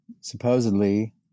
supposedly